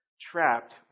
Trapped